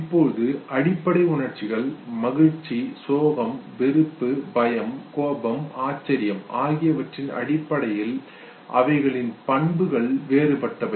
இப்போது அடிப்படை உணர்ச்சிகள் மகிழ்ச்சி சோகம் வெறுப்பு பயம் கோபம் ஆச்சரியம் ஆகியவற்றின் அடிப்படையில் அவைகளின் பண்புகள் வேறுபட்டவை